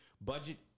budget